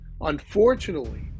unfortunately